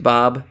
Bob